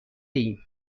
ایم